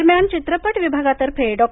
दरम्यान चित्रपट विभागातर्फे डॉ